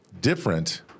different